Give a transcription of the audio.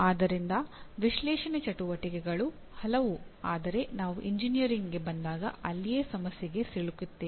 ಆದ್ದರಿಂದ "ವಿಶ್ಲೇಷಣೆ" ಚಟುವಟಿಕೆಗಳು ಹಲವು ಆದರೆ ನಾವು ಎಂಜಿನಿಯರಿಂಗ್ಗೆ ಬಂದಾಗ ಅಲ್ಲಿಯೇ ಸಮಸ್ಯೆಗೆ ಸಿಲುಕುತ್ತೇವೆ